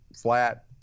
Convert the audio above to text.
flat